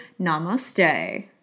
Namaste